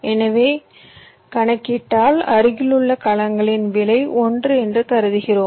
எனவே கணக்கிட்டால் அருகிலுள்ள கலங்களின் விலை 1 என்று கருதுகிறோம்